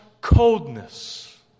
coldness